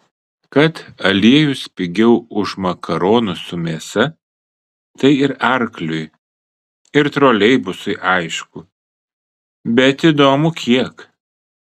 kad aliejus pigiau už makaronus su mėsa tai ir arkliui ir troleibusui aišku bet įdomu kiek